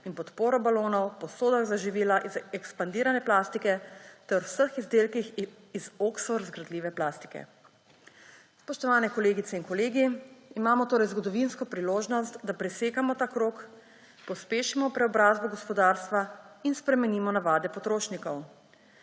in podporo balonov, posodah za živila iz ekspandirane plastike ter vseh izdelkih iz oksorazgradljive plastike. Spoštovane kolegice in kolegi, imamo torej zgodovinsko priložnost, da presekamo ta krog, pospešimo preobrazbo gospodarstva in spremenimo navade potrošnikov.